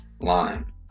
line